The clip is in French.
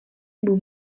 beau